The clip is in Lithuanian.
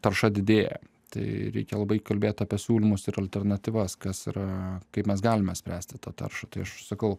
tarša didėja tai reikia labai kalbėt apie siūlymus ir alternatyvas kas yra kaip mes galime spręsti tą taršą tai aš sakau